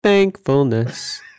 Thankfulness